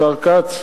השר כץ,